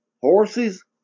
horses